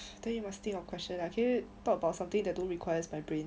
then you must think of question lah can you talk about something that don't requires my brain